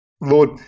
Lord